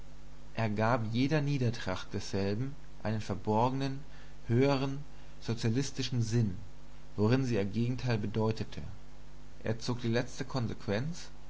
er gab jeder niederträchtigkeit desselben einen verborgenen höheren sozialistischen sinn worin sie ihr gegenteil bedeutete er zog die letzte konsequenz